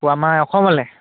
আমাৰ অসমলে